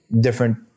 different